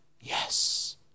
Yes